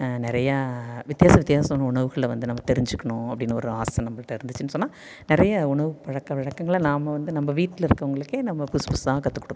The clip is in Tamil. நிறையா வித்தியாச வித்தியாச உணவுகளை வந்து நமக்கு தெரிஞ்சிருக்கணும் அப்படின்னு ஒரு ஆசை நம்மள்ட இருந்துச்சுனு சொன்னால் நிறைய உணவு பழக்கவழக்கங்களை நாம் வந்து நம்ம வீட்டில இருக்கிறவங்களுக்கு நம்ம புதுசு புதுசாக கத்துக்கொடுப்போம்